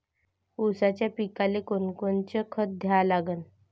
ऊसाच्या पिकाले कोनकोनचं खत द्या लागन?